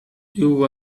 you